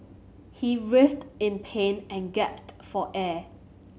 he writhed in pain and gasped for air